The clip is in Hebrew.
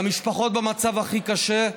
והמשפחות במצב הכי קשה.